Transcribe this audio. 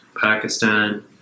Pakistan